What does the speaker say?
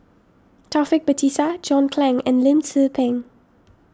Taufik Batisah John Clang and Lim Tze Peng